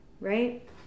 right